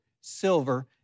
silver